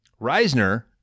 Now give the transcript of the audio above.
Reisner